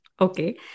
okay